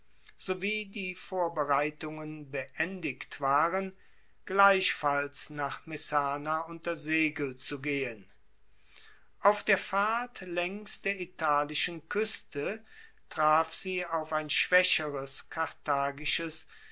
sowie die vorbereitungen beendigt waren gleichfalls nach messana unter segel zu gehen auf der fahrt laengs der italischen kueste traf sie auf ein schwaecheres